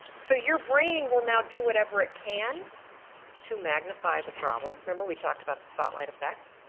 so your brain will now do whatever it can to magnify the problem remember we talked about the spotlight effect.